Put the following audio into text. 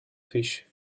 fish